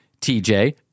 TJ